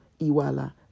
Iwala